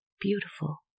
Beautiful